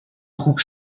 خوب